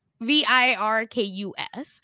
V-I-R-K-U-S